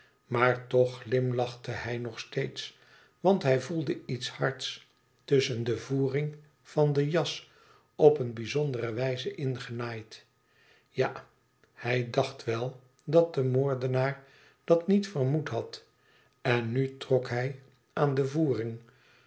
maar toch glimlachte hij nog steeds want hij voelde iets hards tusschen de voering van de jas op een bizondere wijze ingenaaid ja hij dacht wel dat de moordenaar dat niet vermoed had en nu trok hij aan de voering